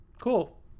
Cool